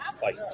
fight